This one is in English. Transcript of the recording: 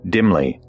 Dimly